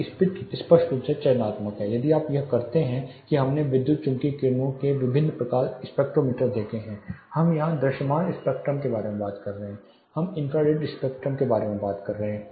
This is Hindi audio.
ये स्पष्ट रूप से चयनात्मक हैं यदि आप याद करते हैं कि हमने विद्युत चुम्बकीय किरणों के विभिन्न स्पेक्ट्रोमीटर देखे हैं हम यहां दृश्यमान स्पेक्ट्रम के बारे में बात कर रहे हैं हम इंफ्रारेड स्पेक्ट्रम के बारे में बात कर रहे हैं